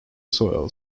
soil